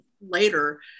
later